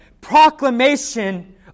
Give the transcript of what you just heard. proclamation